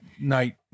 night